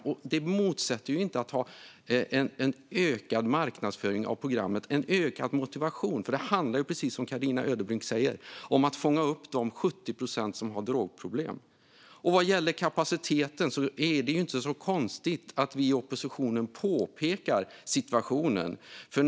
Men det står inte i motsats till att man har en ökad marknadsföring av programmet - en ökad motivation. Det handlar nämligen om, precis som Carina Ödebrink säger, att fånga upp de 70 procent som har drogproblem. Vad gäller kapaciteten är det inte så konstigt att vi i oppositionen påpekar hur situationen ser ut.